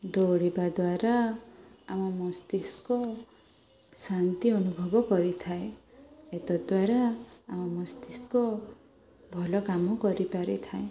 ଦୌଡ଼ିବା ଦ୍ୱାରା ଆମ ମସ୍ତିସ୍କ ଶାନ୍ତି ଅନୁଭବ କରିଥାଏ ଏତଦ୍ୱାରା ଆମ ମସ୍ତିସ୍କ ଭଲ କାମ କରିପାରିଥାଏ